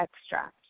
extract